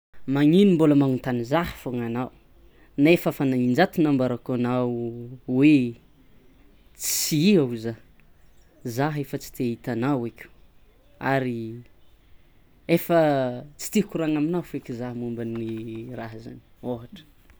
Manino mbola magnotany zah fôgna anao, nefa efa nan'injato nambarako anao hoe tsy i avy zah zah efa tsy ahita anao eky ary efa tsy te hikorana aminao feky zah momba ny raha zany ohatra.